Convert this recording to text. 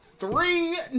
three